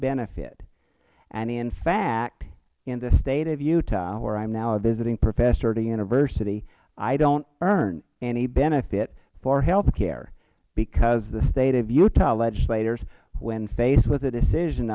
benefit and in fact in the state of utah where i am now a visiting professor at a university i dont earn any benefit for health care because the state of utah legislators when faced with the decision